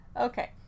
Okay